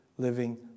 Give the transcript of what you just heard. living